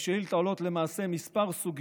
בשאילתה עולות כמה סוגיות